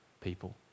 people